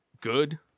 good